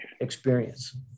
experience